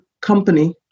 company